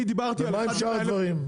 ומה עם שאר הדברים?